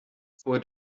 vor